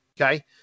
okay